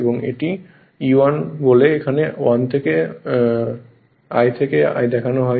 এবং এটি E1 বলে এখানে 1 থেকে 1 দেখানো হয়নি